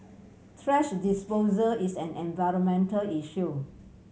thrash disposer is an environmental issue